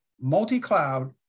multi-cloud